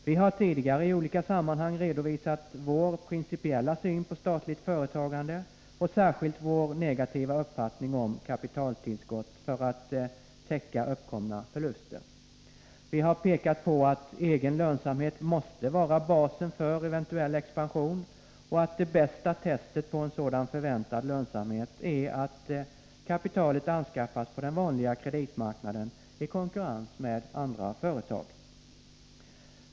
Vi har tidigare i olika sammanhang redovisat vår principiella syn på statligt företagande och särskilt vår negativa uppfattning om kapitaltillskott för att täcka uppkomna förluster. Vi har pekat på att egen lönsamhet måste vara basen för eventuell expansion och att det bästa testet på en sådan förväntad lönsamhet är att kapitalet anskaffas på den vanliga kreditmarknaden i konkurrens med andra företag.